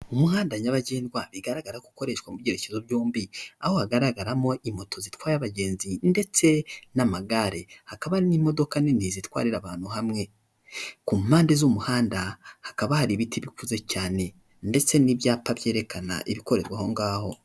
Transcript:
Umuhanda nyabagendwa igaragara ko ikoreshwa mu byerekezo byombi, aho hagaragaramo imoto zitwaye abagenzi ndetse n'amagare. Hakaba hari n'imodoka nini zitwarira abantu hamwe. Ku mpande z'umuhanda hakaba hari ibiti bikuze cyane, ndetse n'ibyapa byerekana ibikorerwa aho ngaho.